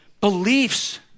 beliefs